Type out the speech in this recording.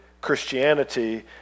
Christianity